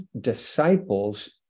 disciples